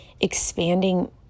expanding